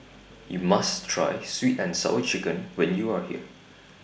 YOU must Try Sweet and Sour Chicken when YOU Are here